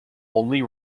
only